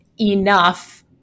enough